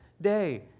day